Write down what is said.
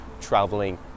traveling